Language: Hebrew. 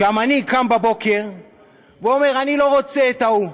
שהמנהיג קם בבוקר ואומר: אני לא רוצה את ההוא,